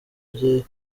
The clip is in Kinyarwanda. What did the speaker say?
bye